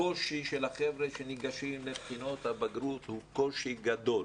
הקושי של החבר'ה שניגשים לבחינות הבגרות הוא קושי גדול